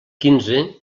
quinze